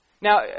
Now